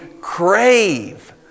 crave